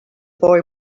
boy